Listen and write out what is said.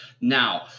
now